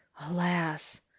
alas